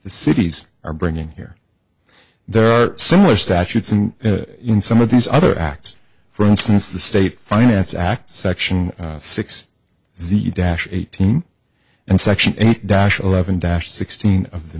the cities are bringing here there are similar statutes and in some of these other acts for instance the state finance act section six z e dash eighteen and section and dash eleven dash sixteen of the